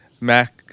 Mac